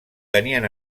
tenien